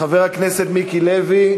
חבר הכנסת מיקי לוי,